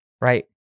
Right